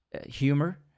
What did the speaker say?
humor